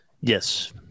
Yes